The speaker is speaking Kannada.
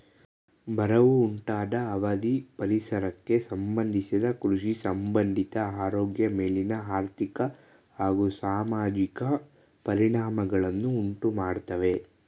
ಬರವು ಉಂಟಾದ ಅವಧಿ ಪರಿಸರಕ್ಕೆ ಸಂಬಂಧಿಸಿದ ಕೃಷಿಸಂಬಂಧಿತ ಆರೋಗ್ಯ ಮೇಲಿನ ಆರ್ಥಿಕ ಹಾಗೂ ಸಾಮಾಜಿಕ ಪರಿಣಾಮಗಳನ್ನು ಉಂಟುಮಾಡ್ತವೆ